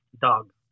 Dog